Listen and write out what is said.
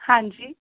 ਹਾਂਜੀ